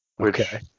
Okay